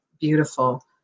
Beautiful